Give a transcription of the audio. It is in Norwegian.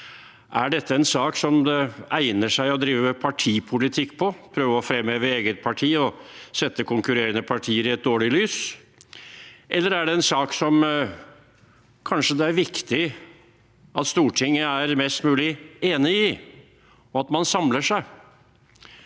Er dette en sak som det egner seg å drive partipolitikk på, prøve å fremheve eget parti og sette konkurrerende partier i et dårlig lys, eller er det en sak som det kanskje er viktig at Stortinget er mest mulig enig om, og at man samler seg?